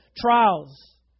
trials